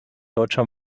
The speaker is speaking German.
deutscher